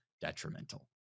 detrimental